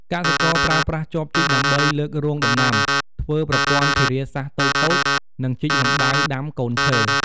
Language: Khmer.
កសិករប្រើប្រាស់ចបជីកដើម្បីលើករងដំណាំ ធ្វើប្រព័ន្ធធារាសាស្រ្តតូចៗ និងជីករណ្តៅដាំកូនឈើ។